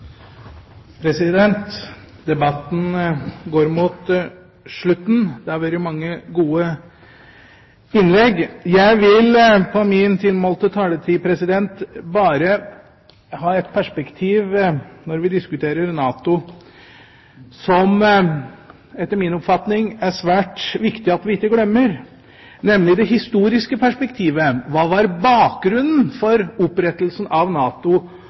Debatten går mot slutten. Det har vært mange gode innlegg. Jeg vil innenfor min tilmålte taletid bare ha et perspektiv, når vi diskuterer NATO, som etter min oppfatning er svært viktig at vi ikke glemmer, nemlig det historiske perspektivet. Hva var bakgrunnen for opprettelsen av NATO